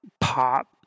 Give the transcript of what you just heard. pop